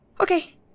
Okay